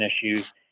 issues